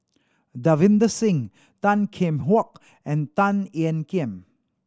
Davinder Singh Tan Kheam Hock and Tan Ean Kiam